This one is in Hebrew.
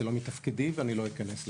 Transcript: זה לא מתפקידי ואני לא אכנס לזה,